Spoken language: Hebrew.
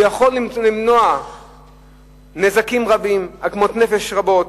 וכך אפשר למנוע נזקים רבים, עוגמות נפש רבות,